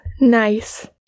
Nice